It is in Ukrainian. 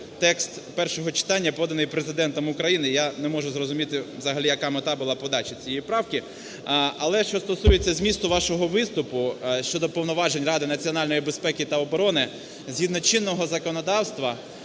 текст першого читання, поданий Президентом України. Я не можу зрозуміти взагалі, яка мета була подачі цієї правки. Але що стосується змісту вашого виступу щодо повноважень Ради національної безпеки та оборони, згідно чинного законодавства